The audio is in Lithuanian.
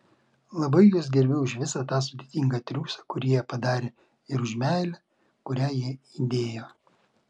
labai juos gerbiu už visą tą sudėtingą triūsą kurį jie padarė ir už meilę kurią jie įdėjo